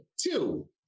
two